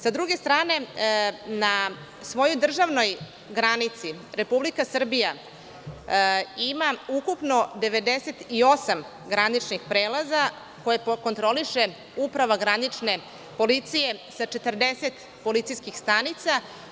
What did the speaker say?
S druge strane, na svojoj državnoj granici Republika Srbija ima ukupno 98 graničnih prelaza koje kontroliše uprava granične policije sa 40 policijskih stanica.